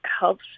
helps